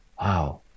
wow